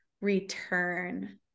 return